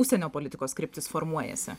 užsienio politikos kryptis formuojasi